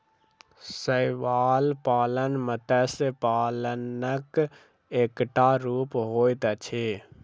शैवाल पालन मत्स्य पालनक एकटा रूप होइत अछि